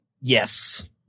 Yes